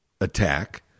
attack